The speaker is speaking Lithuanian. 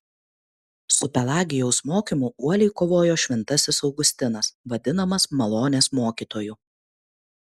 su pelagijaus mokymu uoliai kovojo šventasis augustinas vadinamas malonės mokytoju